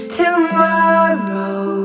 tomorrow